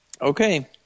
Okay